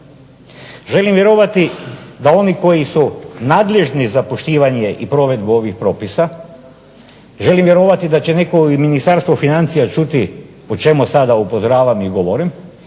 Želim vjerovati da oni koji su nadležni za poštivanje i provedbu ovih propisa, želim vjerovati da će netko u Ministarstvu financija čuti o čemu sada upozoravam i govorim,